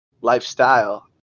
lifestyle